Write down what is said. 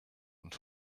und